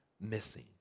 missing